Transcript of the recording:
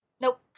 Nope